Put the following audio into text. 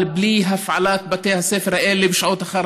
אבל בלי הפעלת בתי הספר האלה בשעות אחר